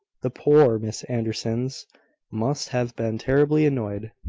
the poor miss andersons must have been terribly annoyed.